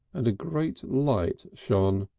and a great light shone.